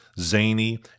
zany